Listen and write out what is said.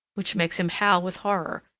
which makes him howl with horror,